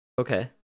Okay